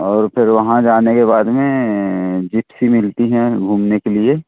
और फिर वहाँ जाने के बाद में जिप्सी मिलती है घूमने के लिये